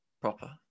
proper